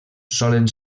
solen